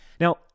Now